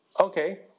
Okay